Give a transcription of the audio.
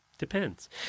depends